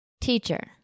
Teacher